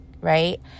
right